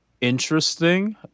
interesting